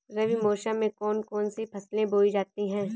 रबी मौसम में कौन कौन सी फसलें बोई जाती हैं?